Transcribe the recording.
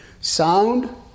sound